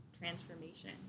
transformation